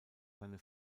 seine